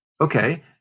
Okay